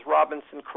Robinson